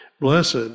Blessed